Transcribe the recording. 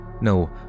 No